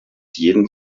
jeden